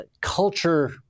culture